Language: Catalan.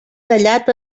tallat